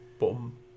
Boom